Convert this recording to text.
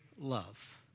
love